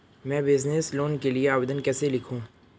मैं business loan के लिए आवेदन कैसे लिखूँ?